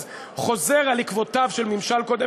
אז חוזר על עקבותיו של הממשל הקודם.